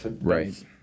Right